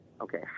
okay